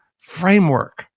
framework